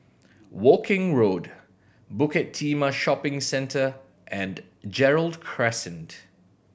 Woking Road Bukit Timah Shopping Centre and Gerald Crescent